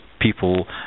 People